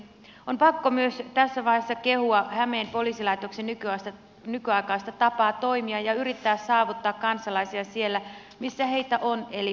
on pakko myös tässä vaiheessa kehua hämeen poliisilaitoksen nykyaikaista tapaa toimia ja yrittää saavuttaa kansalaisia siellä missä heitä on eli netissä